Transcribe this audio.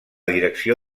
direcció